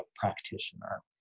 practitioner